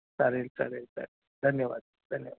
चालेल चालेल चाल धन्यवाद धन्यवाद